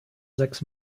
sechs